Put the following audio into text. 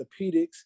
Orthopedics